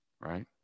right